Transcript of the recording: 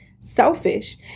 selfish